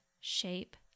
shape